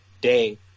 day